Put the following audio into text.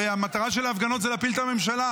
הרי המטרה של ההפגנות זה להפיל את הממשלה,